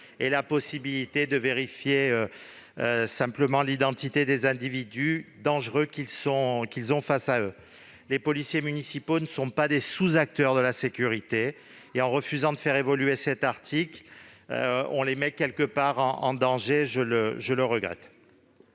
aient la possibilité de simplement vérifier l'identité des individus dangereux qu'ils ont face à eux. Les policiers municipaux ne sont pas des sous-acteurs de la sécurité. En refusant de faire évoluer cet article, on les met en danger, et je le regrette.